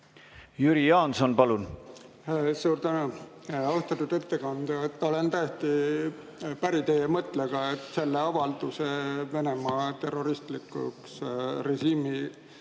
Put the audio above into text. Jüri Jaanson, palun!